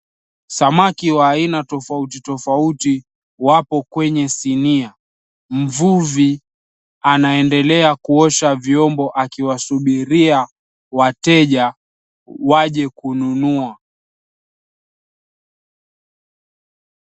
Samaki wa aina tofauti tofauti wapo kwenye sinia, mvuvi anaendelea kuosha vyombo akiwasubiri wateja waje kununua.